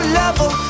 level